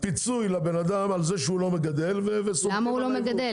פיצוי לבן אדם על זה שהוא לא מגדל --- למה הוא לא מגדל?